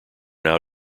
now